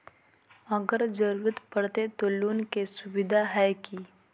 अगर जरूरत परते तो लोन के सुविधा है की?